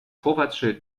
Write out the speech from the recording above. vorfahrtsschild